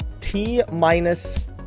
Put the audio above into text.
T-minus